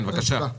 בבקשה.